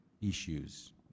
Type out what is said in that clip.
Issues